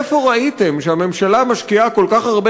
איפה ראיתם שהממשלה משקיעה כל כך הרבה